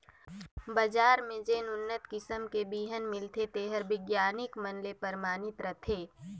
बजार में जेन उन्नत किसम के बिहन मिलथे तेहर बिग्यानिक मन ले परमानित रथे